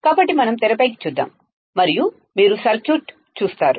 కాబట్టి మనం తెరపై చూద్దాం మరియు మీరు సర్క్యూట్ చూస్తారు